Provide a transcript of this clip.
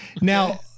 Now